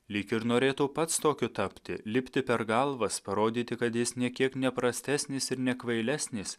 lyg ir norėtų pats tokiu tapti lipti per galvas parodyti kad jis nė kiek neprastesnis ir nekvailesnis